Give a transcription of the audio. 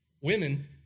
Women